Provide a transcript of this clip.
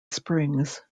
springs